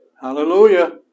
Hallelujah